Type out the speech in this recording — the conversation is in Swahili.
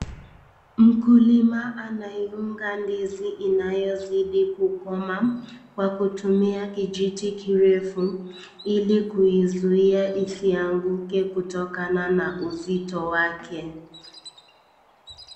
Mkulima anaiunga ndizi inayozidi kukoma kwa kutumia kijiti kirefu ili kuizuia isianguke kutokana na uzito wake.